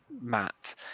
matt